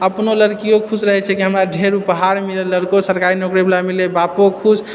अपनो लड़कियो खुश रहैत छै कि हमरा ढ़ेर ऊपहार मिलल लड़को सरकारी नौकरी वला मिललै बापो खुश